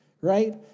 right